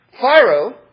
Pharaoh